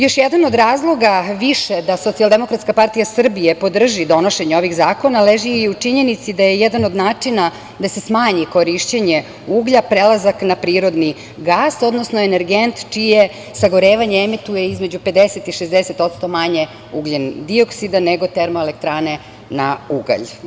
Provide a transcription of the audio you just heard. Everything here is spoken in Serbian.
Još jedan od razloga više da SDPS podrži donošenje ovih zakona leži i u činjenici da je jedan od načina da se smanji korišćenje uglja prelazak na prirodni gas, odnosno energent čije sagorevanje emituje između 50% i 60% manje ugljendioksida nego termoelektrane na ugalj.